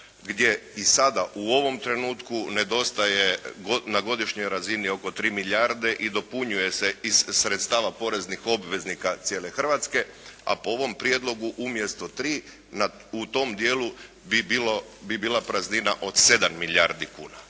gdje i sada u ovom trenutku nedostaje na godišnjoj razini oko 3 milijarde i dopunjuje se iz sredstava poreznih obveznika cijele Hrvatske, a po ovom prijedlogu umjesto tri u tom dijelu bi bila praznina od 7 milijardi kuna.